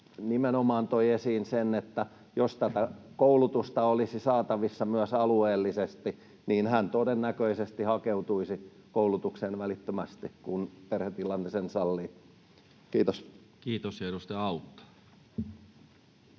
nimenomaan toi esiin sen, että jos tätä koulutusta olisi saatavissa myös alueellisesti, niin hän todennäköisesti hakeutuisi koulutukseen välittömästi, kun perhetilanne sen sallii. — Kiitos.